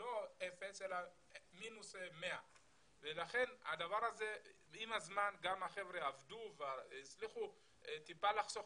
לא אפס אלא מינוס 100. עם הזמן החבר'ה עבדו והצליחו קצת לחסוך